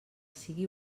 sigui